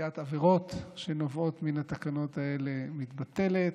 לעשיית עבירות שנובעות מן התקנות האלה מתבטלת,